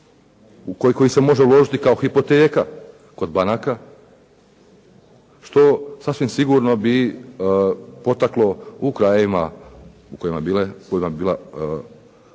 u koji se može uložiti kao hipoteka kod banaka što sasvim sigurno bi potaklo u krajevima u kojima bi bila ta